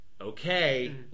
okay